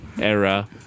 era